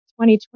2020